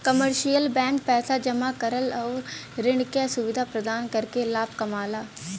commercial bank पैसा जमा करल आउर ऋण क सुविधा प्रदान करके लाभ कमाला